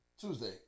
Tuesday